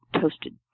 toasted